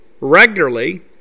regularly